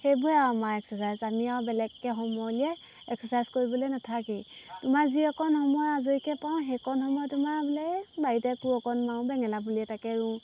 সেইবোৰে আৰু আমাৰ এক্সাৰচাইজ আমি আৰু বেলেগকৈ সময় উলিয়াই এক্সাৰচাইজ কৰিবলৈ নাথাকেই তোমাৰ যি অকণ সময় আজৰিকৈ পাওঁ সেইকণ সময় তোমাৰ বোলে এই বাৰীতে কোৰ অকণ মাৰোঁ বেঙেনা পুলিয়ে এটাকে ৰুওঁ